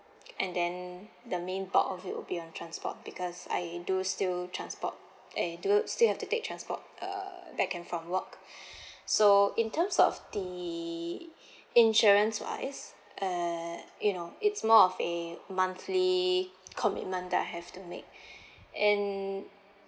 and then the main bulk of it would be on transport because I do still transport eh do still have to take transport uh back and from work so in terms of the insurance wise uh you know it's more of a monthly commitment that I have to make and